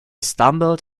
stumbled